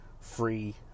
free